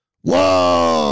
Whoa